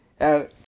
out